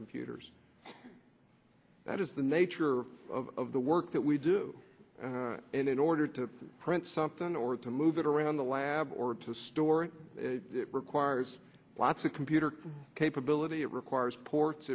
computers that is the nature of the work that we do and in order to print something or to move it around the lab or to store it it requires lots of computer capability it requires ports